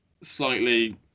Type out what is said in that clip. slightly